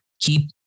keep